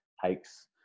hikes